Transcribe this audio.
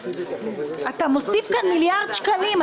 אתה מוסיף כאן מיליארד שקלים.